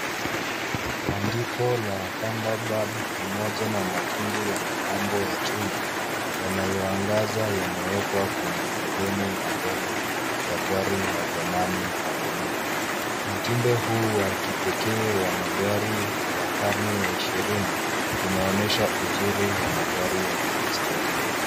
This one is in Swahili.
Andiko la Thunder bird pamoja na matundu ya mapambo ya chuma, yanayoangaza yamewekwa kwenye sehemu ya mbele la gari ya zamani la blue . Mtindo huu wa kipekee wa magari wa karne ya ishirini , unaonesha uzuri wa magari ya kihistoria.